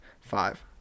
five